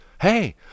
Hey